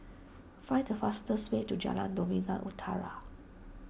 find the fastest way to Jalan Novena Utara